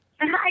Hi